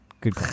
Good